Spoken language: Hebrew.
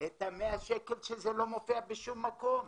את ה-100 שקלים שלא מופיע בשום מקום.